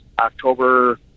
October